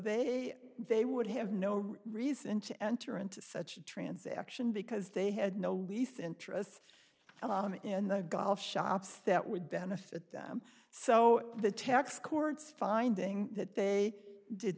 they they would have no reason to enter into such a transaction because they had no least interest in the golf shops that would benefit them so the tax court's finding that they did